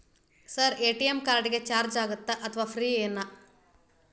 Sir ATM card ಗೆ charge ಆಗುತ್ತಾ ಅಥವಾ ಫ್ರೇ ನಾ?